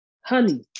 Honey